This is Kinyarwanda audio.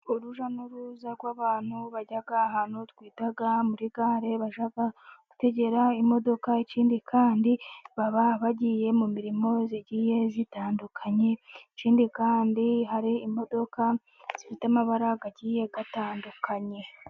Urujya n'uruza rw'abantu bajya ahantu twita muri gare bajya gutegera imodoka, ikindi kandi baba bagiye mu mirimo igiye itandukanye, ikindi kandi hari imodoka zifite amabara agiye atandukanye.